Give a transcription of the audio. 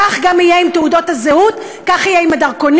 כך גם יהיה עם תעודות הזהות, כך יהיה עם הדרכונים.